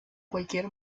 cualquier